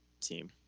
team